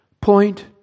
point